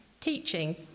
teaching